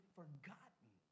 forgotten